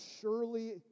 surely